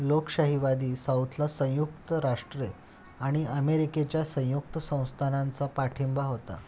लोकशाहीवादी साऊथला संयुक्त राष्ट्रे आणि अमेरिकेच्या संयुक्त संस्थानांचा पाठिंबा होता